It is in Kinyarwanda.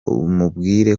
umubwire